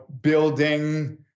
building